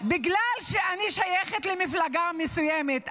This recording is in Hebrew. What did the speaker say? בגלל שאני שייכת למפלגה מסוימת,